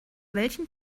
welchen